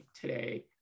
today